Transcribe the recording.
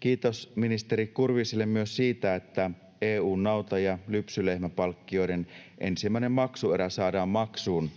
Kiitos ministeri Kurviselle myös siitä, että EU:n nauta- ja lypsylehmäpalkkioiden ensimmäinen maksuerä saadaan maksuun